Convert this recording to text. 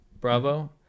bravo